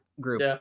group